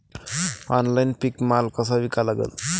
Online पीक माल कसा विका लागन?